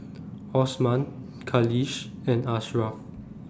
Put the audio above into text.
Osman Khalish and Ashraff